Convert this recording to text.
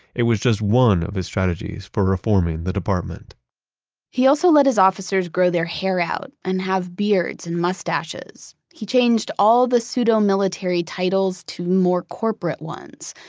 it was just one of his strategies for reforming the department he also let us officers grow their hair out and have beards and mustaches. he changed all the pseudo-military titles to more corporate ones.